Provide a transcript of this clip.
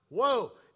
Whoa